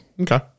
Okay